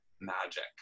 magic